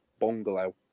bungalow